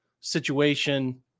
situation